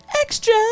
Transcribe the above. extra